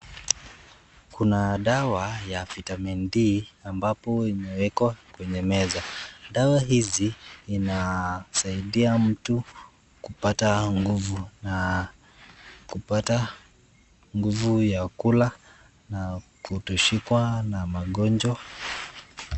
Kuna dawa ya Vitamin D , ambapo imewekwa kwenye meza. Dawa hizi inasaidia mtu kupata nguvu na kupata nguvu ya kula na kutoshikwa na magonjwa.